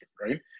right